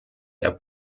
der